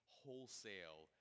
wholesale